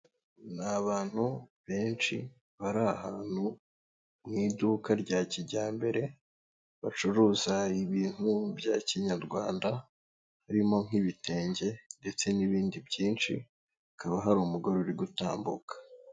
Ni abantu benshi bari ahantu mu iduka rya kijyambere bacuruza ibintu bya kinyarwanda, birimo nk'ibitenge ndetse n'ibindi byinshi akaba hari umugore uri gutambuka.